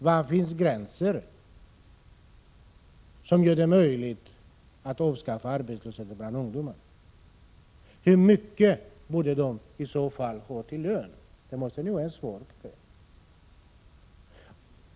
Vad finns det för gränser när det gäller att avskaffa arbetslösheten bland ungdomarna? Hur mycket borde de i så fall få i lön? Det måste ni kunna ge svar på.